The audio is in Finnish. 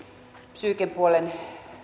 psyykepuolen